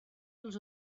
els